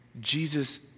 Jesus